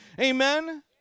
Amen